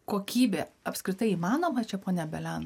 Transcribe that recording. kokybė apskritai įmanoma čia ponia belian